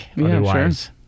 otherwise